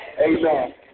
Amen